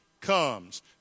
comes